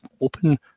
open